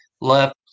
left